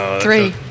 three